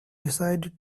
decided